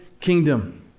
kingdom